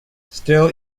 still